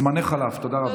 זמנך חלף, תודה רבה.